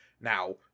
Now